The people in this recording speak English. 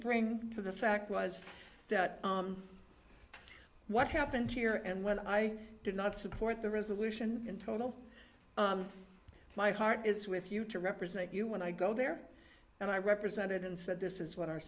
bring to the fact was that what happened here and when i did not support the resolution in total my heart is with you to represent you when i go there and i represented and said this is what our